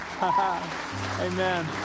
Amen